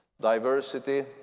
Diversity